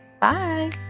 Bye